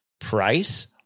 price